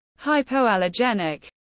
hypoallergenic